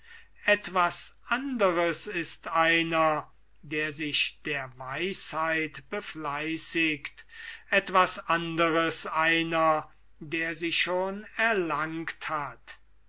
etwas anderes ist einer der sich der weisheit befleißigt etwas anderes einer der sie schon erlangt hat